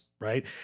Right